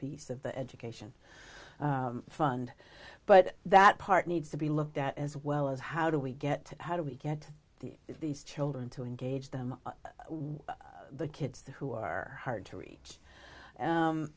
piece of the education fund but that part needs to be looked at as well as how do we get how do we get these children to engage them with the kids who are hard to reach